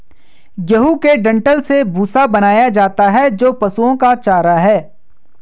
गेहूं के डंठल से भूसा बनाया जाता है जो पशुओं का चारा है